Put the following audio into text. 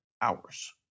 hours